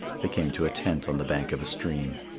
they came to a tent on the bank of a stream.